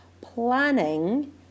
planning